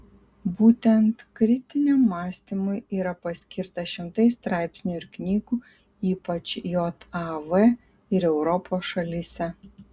būtent kritiniam mąstymui yra paskirta šimtai straipsnių ir knygų ypač jav ir europos šalyse